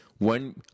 One